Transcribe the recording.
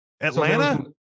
Atlanta